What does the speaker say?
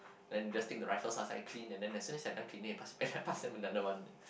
and then just take the rifles after I clean and then as soon I'm done cleaning I pass them back I pass them another one